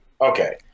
okay